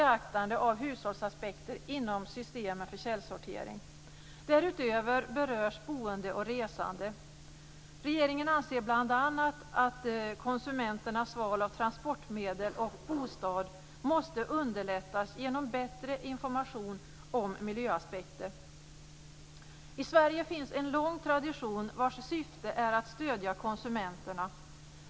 Därutöver berörs boende och resande. Regeringens anser bl.a. att konsumenternas val av transportmedel och bostad måste underlättas genom bättre information om miljöaspekter. I Sverige finns en lång tradition som handlar om att stödja konsumenterna.